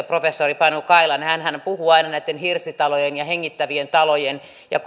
professori panu kailan kirjoituksia hänhän puhuu aina näitten hirsitalojen ja hengittävien talojen puolesta ja